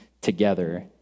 together